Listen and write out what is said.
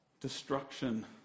destruction